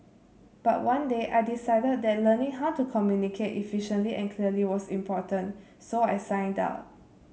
but one day I decided that learning how to communicate efficiently and clearly was important so I signed up